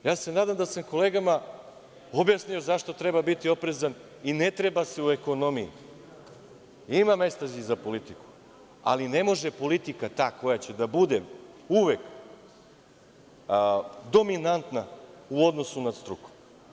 Nadam se da sam kolegama objasnio zašto treba biti oprezan i ne treba se u ekonomiji, ima mesta i za politiku, ali ne može politika da bude ta koja će da bude uvek dominantna u odnosu na struku.